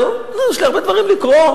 יש לי הרבה דברים לקרוא,